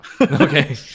Okay